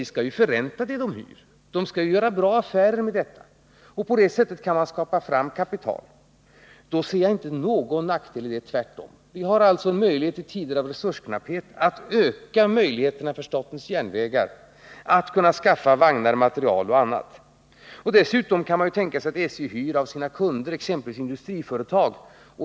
SJ skall ju förränta det de hyr. SJ skall göra bra affärer med detta. På det sättet kan man skapa kapital. Jag ser inte någon nackdel i detta, tvärtom. Vi har alltså en möjlighet i tider av resursknapphet att öka möjligheterna för statens järnvägar att skaffa vagnar, material och annat. Dessutom kan man tänka sig att SJ hyr av sina kunder, exempelvis industriföretag.